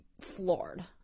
floored